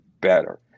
better